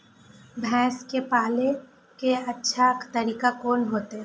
भैंस के पाले के अच्छा तरीका कोन होते?